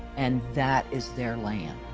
and that is their land.